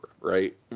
right